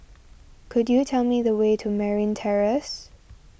could you tell me the way to Merryn Terrace